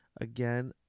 again